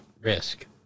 risk